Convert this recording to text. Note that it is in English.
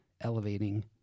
elevating